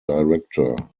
director